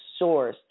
sourced